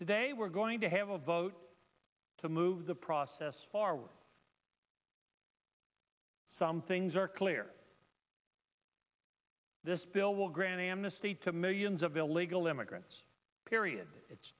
today we're going to have a vote to move the process forward some things are clear this bill will grant amnesty to millions of illegal immigrants period it's